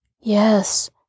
Yes